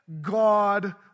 God